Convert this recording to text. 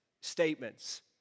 statements